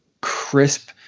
crisp